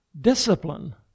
Discipline